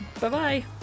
Bye-bye